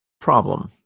problem